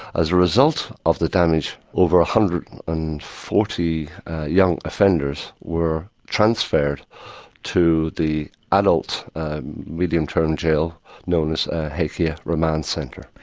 as a result of the damage, over one hundred and forty young offenders were transferred to the adult medium-term jail known as hakea remand centre.